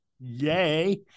Yay